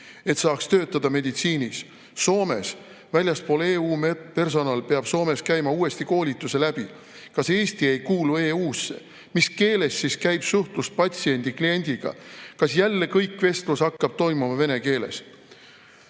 et saaks töötada meditsiinis. Soomes väljastpoolt EU medpersonal peab Soomes käima uuesti koolituse läbi. Kas Eesti ei kuulu EU-sse? Mis keeles siis käib suhtlus patsiendi, kliendiga? Kas jälle kõik vestlus hakkab toimuma vene keeles?"Vaat,